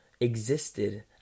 existed